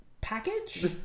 package